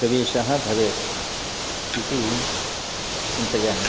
प्रवेशः भवेत् इति चिन्तयामि